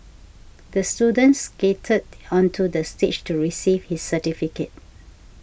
the student skated onto the stage to receive his certificate